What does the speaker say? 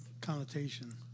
connotation